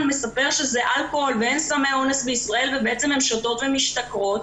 מספר שזה אלכוהול ואין סמי אונס בישראל ובעצם הן שותות ומשתכרות.